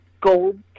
gold